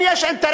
להן יש אינטרס.